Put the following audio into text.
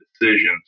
decisions